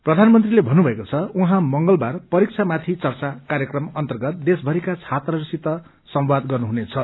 प्रधानमंत्रीले भन्नुभएको छ उहाँ मंगलबार परीक्षा माथि चर्चा कार्यक्रम अर्न्तगत देशभरिका छात्राहरूसित संवाद गर्नुहुनेछ